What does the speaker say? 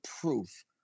proof